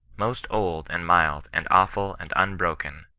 most old, and mild, and awful, and unbroken.